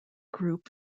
group